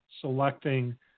selecting